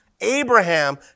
Abraham